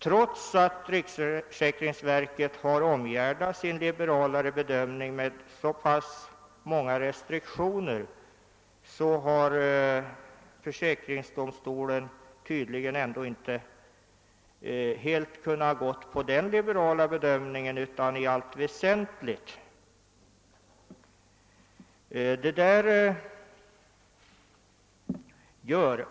Trots att riksförsäkringsverket har omgärdat sin liberala bedömning med så pass många restriktioner, har försäkringsdomstolen ändå inte helt — utan endast i allt väsentligt — kunnat gå på den mer liberala bedömningen.